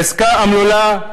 עסקה אומללה,